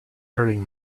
hurting